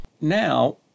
Now